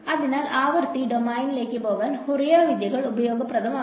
അതിനാൽ ആവൃത്തി ഡൊമെയ്നിലേക്ക് പോകാൻ ഫൊറിയർ വിദ്യകൾ ഉപയോഗപ്രദമാകും